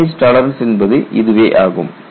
damage tolerance என்பது இதுவே ஆகும்